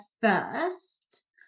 first